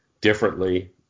differently